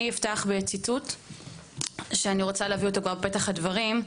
אני אפתח בציטוט שאני רוצה להביא אותו גם בפתח הדברים,